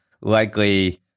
likely